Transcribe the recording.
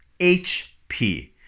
HP